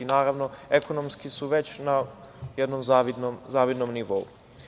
Naravno, ekonomski su već na jednom zavidnom nivou.